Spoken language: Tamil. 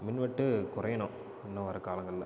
மின்வெட்டு குறையணும் இன்னும் வரும் காலங்களில்